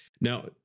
Now